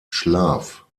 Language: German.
schlaf